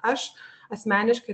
aš asmeniškai